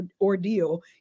ordeal